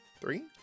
Three